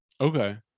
Okay